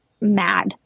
mad